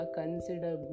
consider